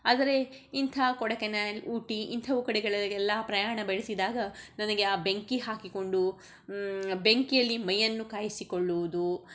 ಆದರೆ ಇಂಥ ಕೊಡೆಕೆನೆಲ್ ಊಟಿ ಇಂಥವು ಕಡೆಗಳಿಗೆಲ್ಲ ಪ್ರಯಾಣ ಬೆಳೆಸಿದಾಗ ನನಗೆ ಆ ಬೆಂಕಿ ಹಾಕಿಕೊಂಡು ಬೆಂಕಿಯಲ್ಲಿ ಮೈಯನ್ನು ಕಾಯಿಸಿಕೊಳ್ಳುವುದು